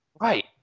Right